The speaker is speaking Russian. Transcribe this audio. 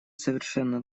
совершенно